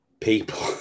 people